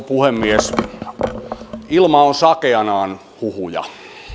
puhemies ilma on sakeanaan huhuja